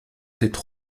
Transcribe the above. tête